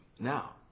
now